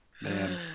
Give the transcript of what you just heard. Man